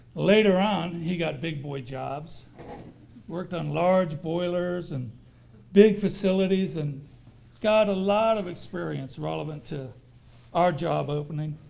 later on he got big-boy jobs worked on large boilers and big facilities and got a lot of experience relevant to our job opening.